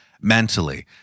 mentally